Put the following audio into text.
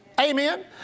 Amen